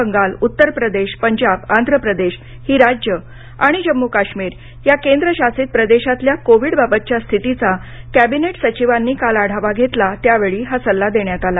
बंगाल उत्तर प्रदेश पंजाब आंध्र प्रदेश ही राज्यं आणि जम्मू काश्मीर या केंद्रशासित प्रदेशातल्या कोविडबाबतच्या स्थितीचा कॅबिनेट सचिवांनी काल आढावा घेतला त्यावेळी हा सल्ला देण्यात आला